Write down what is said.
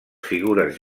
figures